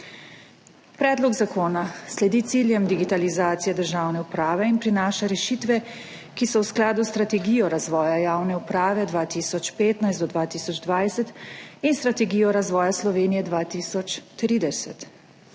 Predlog zakona sledi ciljem digitalizacije državne uprave in prinaša rešitve, ki so v skladu s Strategijo razvoja javne uprave 2015–2020 in Strategijo razvoja Slovenije 2030.